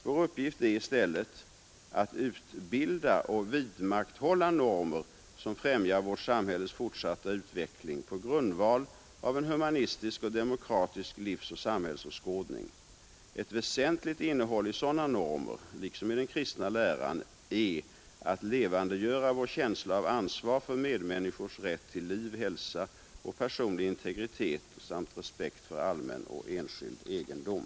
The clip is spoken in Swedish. Vår uppgift är i stället att utbilda och vidmakthålla normer som främjar vårt samhälles fortsatta utveckling på grundval av en humanistisk och åskådning. Ett väsentligt innehåll i för enligt min mening inte ifrågasättas annat än att det funnits en demokratisk livsoch sam normer — liksom i den kristna läran är att levandegöra vår känsla av 119 ansvar för medmänniskors rätt till liv, hälsa och personlig integritet samt respekt för allmän och enskild egendom.